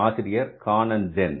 ஆசிரியர் Khan and gen